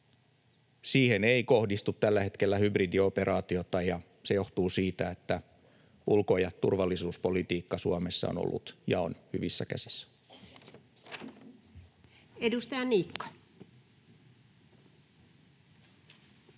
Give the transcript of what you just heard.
siihen ei kohdistu tällä hetkellä hybridioperaatiota — ja se johtuu siitä, että ulko- ja turvallisuuspolitiikka Suomessa on ollut ja on hyvissä käsissä. [Speech 126]